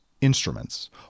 instruments